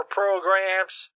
programs